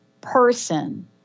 person